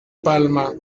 palma